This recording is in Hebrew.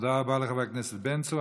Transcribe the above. תודה רבה לחבר הכנסת בן צור.